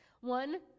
One